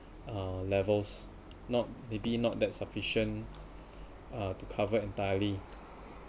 uh levels not maybe not that sufficient uh to covered entirely